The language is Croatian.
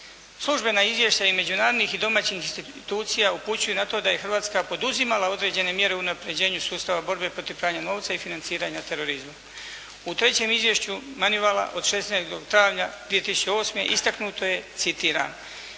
Službena izvješća i međunarodnih i domaćih institucija upućuju na to da je Hrvatska poduzimala određene mjere unapređenju sustava borbe protiv pranja novca i financiranja terorizma. U trećem izvješću Manivala od 16. travnja 2008. istaknuto je citiram: